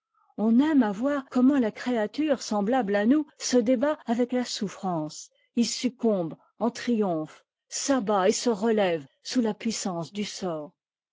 on aime à voir comment la créature semblable à nous se débat avec la souffrance y succombe en triomphe s'abat et se relève sous la puissance du sort